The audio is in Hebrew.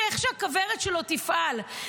איך הכוורת שלו תפעל?